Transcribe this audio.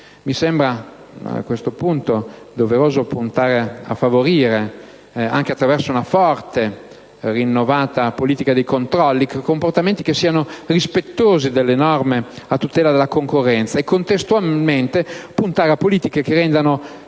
Mi sembra doveroso puntare a favorire, anche attraverso una forte e rinnovata politica dei controlli, comportamenti rispettosi delle norme a tutela della concorrenza, e, contestualmente, puntare a politiche che rendano